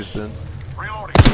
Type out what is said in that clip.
the railroad